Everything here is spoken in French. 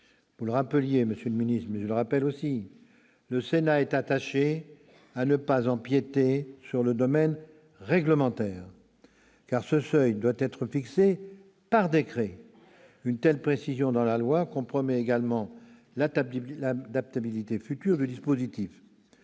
Au-delà même du niveau de ce seuil, le Sénat est attaché à ne pas empiéter sur le domaine réglementaire, car ce seuil doit être fixé par décret. Une telle précision dans la loi compromet également l'adaptabilité future du dispositif.